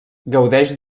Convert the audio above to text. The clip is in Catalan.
gaudeix